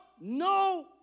no